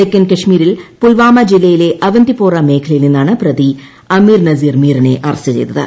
തെക്കൻ കശ്മീരിൽ പുൽവാമജില്ലയിലെ അവന്തിപോറ മേഖലയിൽ നിന്നാണ് പ്രതി അമീർ നസീർ മിർ നെ അറസ്റ്റ് ചെയ്തത്